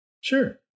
Sure